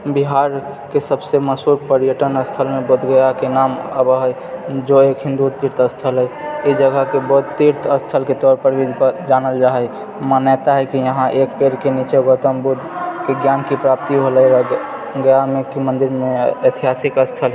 बिहारके सबसे मशहूर पर्यटन स्थलमे बोध गयाके नाम आबए है जो एक हिन्दू तीर्थ स्थल है ई जगहके बोध तीर्थ स्थलके तौर पर भी जानल जाए है मान्यता है कि यहाँ एक पेड़के निचे गौतम बुद्धके ज्ञानके प्राप्ति होलै रहए गयामे एक मंदिरमे ऐतिहासिक स्थल है